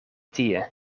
tie